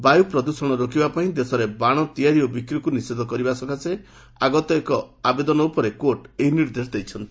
ବାୟୁ ପ୍ରଦୃଷଣ ରୋକିବା ପାଇଁ ଦେଶରେ ବାଣ ତିଆରି ଓ ବିକ୍କିକୁ ନିଷିଦ୍ଧ କରିବା ସକାଶେ ଆଗତ ଏକ ଆବେଦନ ଉପରେ କୋର୍ଟ ଏହି ନିର୍ଦ୍ଦେଶ ଦେଇଛନ୍ତି